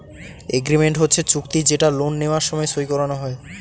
agreement হচ্ছে চুক্তি যেটা লোন নেওয়ার সময় সই করানো হয়